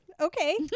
Okay